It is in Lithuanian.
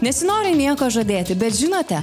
nesinori nieko žadėti bet žinote